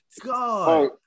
God